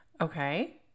Okay